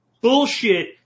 bullshit